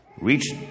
reached